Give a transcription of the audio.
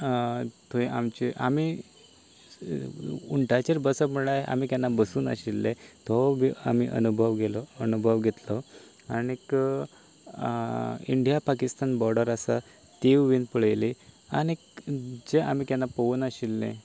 थंय आमचे आमी उंटाचेर बसप म्हटल्यार आमी केन्ना बसूं नाशिल्ले तो बी आमी अनुभव घेयलो अणभव घेतलो आनीक इंडिया पाकिस्तान बोर्डर आसा तीवू बीन पळयली जें आमी केन्ना पळोवनाशिल्लें